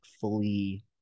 fully